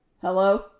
Hello